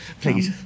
please